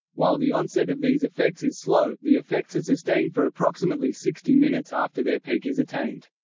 while the onset of these effects is slow, the effects are sustained for approximately sixty minutes after their peak is attained.